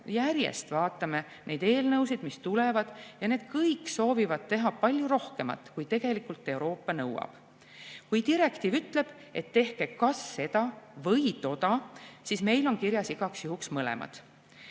vaatame neid eelnõusid, mis tulevad, ja need kõik soovivad teha palju rohkemat, kui tegelikult Euroopa nõuab. Kui direktiiv ütleb, et tehke kas seda või toda, siis meil on kirjas igaks juhuks mõlemad.